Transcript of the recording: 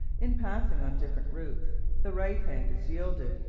in passing on different routes the right hand is yielded,